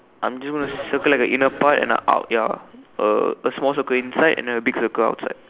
I'm just gonna circle like a inner part and a out ya uh a small circle inside and then a big circle outside